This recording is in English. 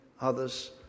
others